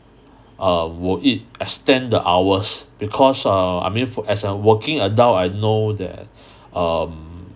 err will it extend the hours because err I mean for as a working adult I know that um